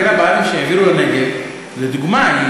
את עיר הבה"דים, שהעבירו לנגב, לדוגמה.